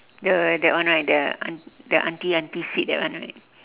the that one right the aunt~ the aunty aunty sit that one right